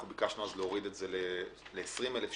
אנחנו ביקשנו להוריד את זה ל-20,000 שקל.